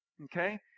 okay